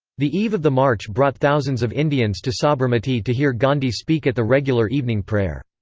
the eve of the march brought thousands of indians to sabarmati to hear gandhi speak at the regular evening prayer.